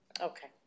okay